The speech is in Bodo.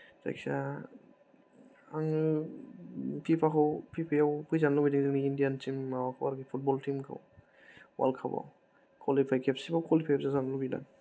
जायखि जाया आङो फिफाखौ फिफायाव फैजानो लुबैदों जोंनि इण्डियान टीम माबाखौ फुतबल टीमखौ वर्ल्ड कापाव क्वालिफाय खेबसेबाबो क्वालिफाय जाजानो लुबैदों आं